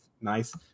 Nice